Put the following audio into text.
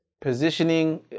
positioning